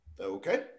Okay